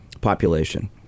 population